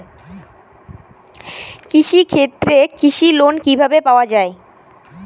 কৃষি ক্ষেত্রে কৃষি লোন কিভাবে পাওয়া য়ায়?